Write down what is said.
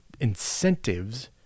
incentives